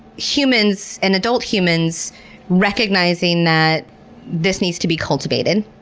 humans and adult humans recognizing that this needs to be cultivated.